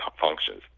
functions